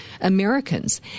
Americans